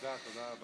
תודה, תודה רבה.